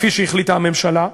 כפי שהחליטה הממשלה,